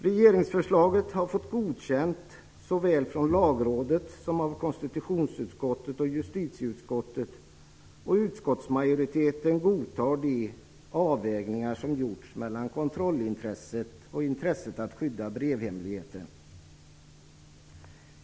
Regeringsförslaget har fått godkänt såväl av Lagrådet som av konstitutionsutskottet och justitieutskottet. Utskottsmajoriteten godtar de avvägningar som gjorts mellan kontrollintresset och intresset att skydda brevhemligheten.